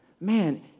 man